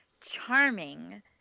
charming